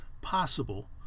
possible